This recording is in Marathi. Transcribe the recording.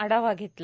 आढावा घेतला